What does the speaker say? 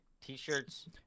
t-shirts